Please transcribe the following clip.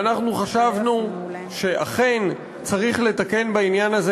ואנחנו חשבנו שאכן צריך לתקן בעניין הזה